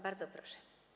Bardzo proszę.